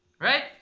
right